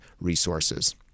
resources